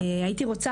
הייתי רוצה,